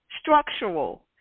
Structural